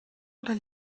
oder